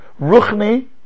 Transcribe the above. Ruchni